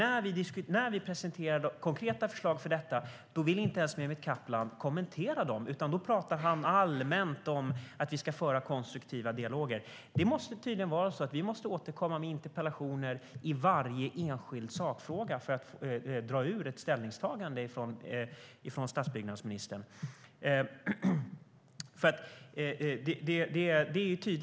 När vi presenterar konkreta förslag för detta vill Mehmet Kaplan inte ens kommentera dem. Då talar han allmänt om att vi ska föra konstruktiva dialoger. Vi måste tydligen återkomma med interpellationer i varje enskild sakfråga för att få ett ställningstagande från stadsbyggnadsministern.